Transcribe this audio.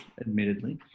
admittedly